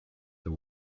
the